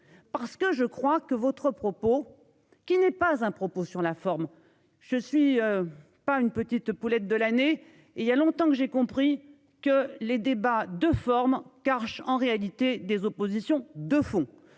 Parce que je crois que votre propos qui n'est pas un propos sur la forme, je suis. Pas une petite poulette de l'année et il y a longtemps que j'ai compris que les débats de forme car j'en réalité des oppositions de fond